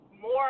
more